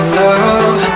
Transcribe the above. love